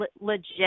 legit